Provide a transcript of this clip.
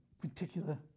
particular